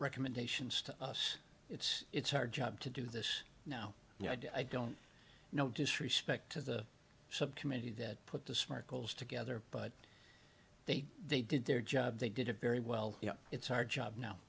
recommendations to us it's it's our job to do this now and i don't no disrespect to the subcommittee that put the smart goals together but they they did their job they did it very well you know it's our job now